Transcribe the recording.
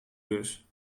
bus